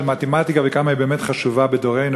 מתמטיקה וכמה היא באמת חשובה בדורנו,